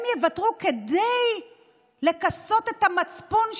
הם יוותרו כדי לכסות את המצפון שלהם,